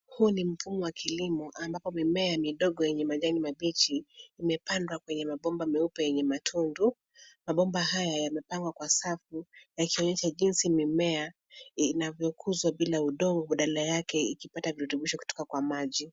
Huu ni mpunga wa kilimo. Mimea ni midogo na rahisi kudumishwa. Imepandwa kwenye mabomba meupe yenye matundu, ambayo yamewekwa kwa usahihi. Mimea inakua bila udongo, ikipatiwa maji kwa kutumia mfumo wa umwagiliaji wa matone